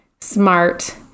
smart